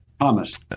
Thomas